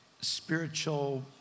spiritual